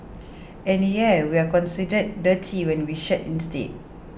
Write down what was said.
and yeah we're considered dirty when we shed instead